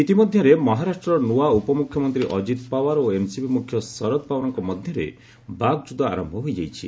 ଇତିମଧ୍ୟରେ ମହାରାଷ୍ଟ୍ରର ନୂଆ ଉପମୁଖ୍ୟମନ୍ତ୍ରୀ ଅଜିତ ପଓ୍ୱାର ଓ ଏନ୍ସିପି ମୁଖ୍ୟ ଶରଦ ପୱାରଙ୍କ ମଧ୍ୟରେ ବାକ୍ଯୁଦ୍ଧ ଆରମ୍ଭ ହୋଇଯାଇଛି